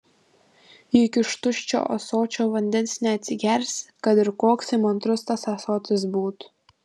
juk iš tuščio ąsočio vandens neatsigersi kad ir koks įmantrus tas ąsotis būtų